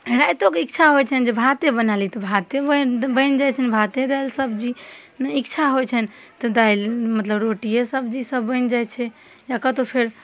राइतोके इच्छा होइ छनि जे भाते बना लैतहुँ भाते बनि बनि जाइ छनि भाते दालि सब्जी इच्छा होइ छनि तऽ दालि मतलब रोटिये सब्जी सब बनि जाइ छै या कतहु फेर